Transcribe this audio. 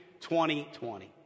2020